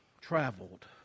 traveled